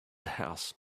house